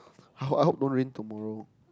I hope I hope don't rain tomorrow